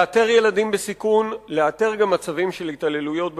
לאתר ילדים בסיכון ולאתר גם מצבים של התעללויות במשפחה.